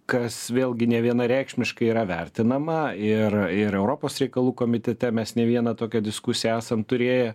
kas vėlgi nevienareikšmiškai yra vertinama ir ir europos reikalų komitete mes ne vieną tokią diskusiją esam turėję